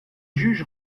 juge